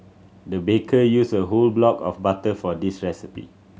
the baker used a whole block of butter for this recipe